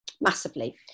Massively